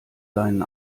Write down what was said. seinen